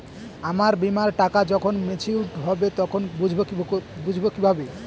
আমার বীমার টাকা যখন মেচিওড হবে তখন বুঝবো কিভাবে?